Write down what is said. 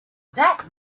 that